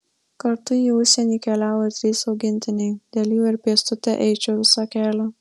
kartu į užsienį keliavo ir trys augintiniai dėl jų ir pėstute eičiau visą kelią